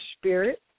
Spirit